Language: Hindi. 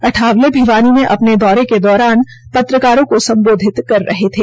अठावले भिवानी में अपने दौरे के दौरान पत्रकारों को संबोधित कर रहे थे